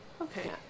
Okay